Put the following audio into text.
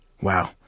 Wow